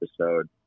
episode